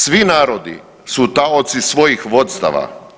Svi narodi su taoci svojih vodstava.